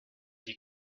die